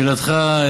לשאלתך,